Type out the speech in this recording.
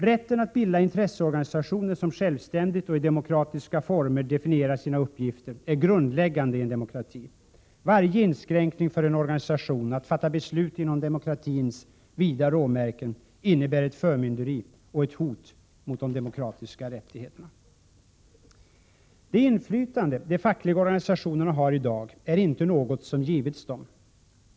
Rätten att bilda intresseorganisationer som självständigt och i demokratiska former definierar sina uppgifter är grundläggande i en demokrati. Varje inskränkning för en organisation att fatta beslut inom demokratins vida råmärken innebär ett förmynderi och ett hot mot de demokratiska rättigheterna: Det inflytande de fackliga organisationerna har i dag är inte något som givits dem.